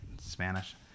spanish